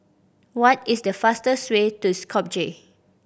what is the fastest way to Skopje